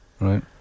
Right